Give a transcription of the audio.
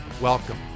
Welcome